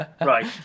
right